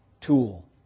tool